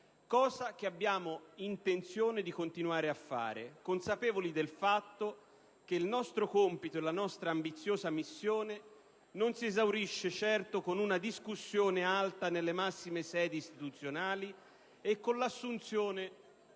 cosa che abbiamo intenzione di continuare a fare, consapevoli del fatto che il nostro compito e la nostra ambiziosa missione non si esauriscono certo con una discussione alta nelle massime sedi istituzionali. *(Brusìo).*